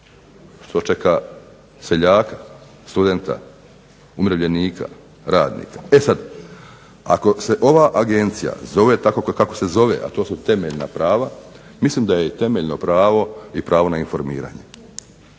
što čeka seljaka, studenta, umirovljenika, radnika. E sad ako se ova Agencija zove tako kako se zove, a to su temeljna prava, mislim da je temeljno pravo i pravo na informiranje.